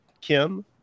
kim